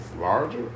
larger